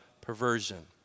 perversion